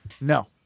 No